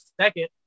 second